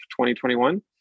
2021